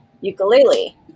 ukulele